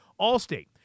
Allstate